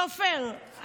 סופר,